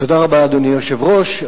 אדוני היושב-ראש,